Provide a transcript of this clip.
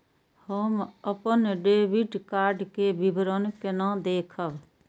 हम अपन debit card के विवरण केना देखब?